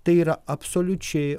tai yra absoliučiai